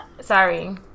Sorry